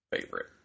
favorite